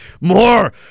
More